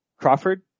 Crawford